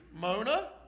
Mona